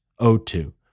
O2